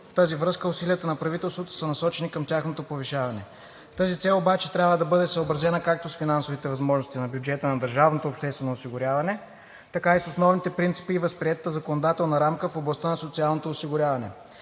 В тази връзка усилията на правителството са насочени към тяхното повишаване. Тази цел обаче трябва да бъде съобразена както с финансовите възможности на бюджета на държавното обществено осигуряване, така и с основните принципи и възприетата законодателна рамка в областта на социалното осигуряване.